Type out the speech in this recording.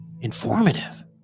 informative